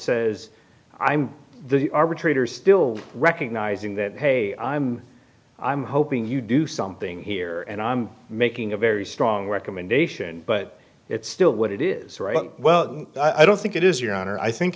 says i'm the arbitrator still recognizing that hey i'm i'm hoping you do something here and i'm making a very strong recommendation but it's still what it is well i don't think it is your honor i think